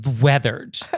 weathered